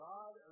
God